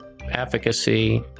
efficacy